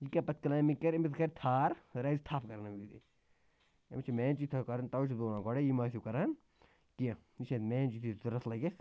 یہِ کیٛاہ پَتہٕ کٕلایمبِنٛگ کَرِ أمِس کَرِ تھار رَزِ تھپھ کَرنہٕ وِزِ أمِس چھِ مین چیٖز تھاو کَرُن تَوَے چھُس بہٕ وَنان گۄڈَے یہِ مہ ٲسِو کَران کیٚنٛہہ یہِ چھےٚ مین چیٖز یُس ضوٚرَتھ لَگٮ۪س